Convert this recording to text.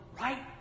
right